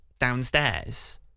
downstairs